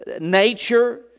nature